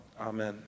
Amen